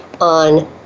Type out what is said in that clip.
on